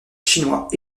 chinois